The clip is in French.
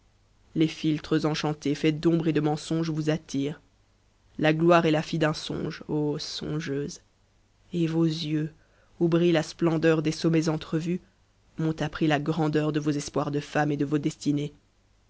les philtres enchantés faits d'ombre et de mensonge vous attirent la gloire est la fille d'un songe songeuse et vos yeux où brille la splendeur des sommets entrevus m'ont appris la grandeur de vos espoirs de femme et de vos destinées